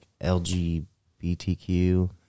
LGBTQ